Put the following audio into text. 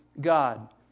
God